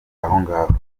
ahongaho